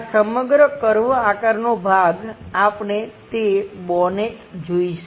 આ સમગ્ર કર્વ આકારનો ભાગ આપણે તે બોનેટ જોઈશું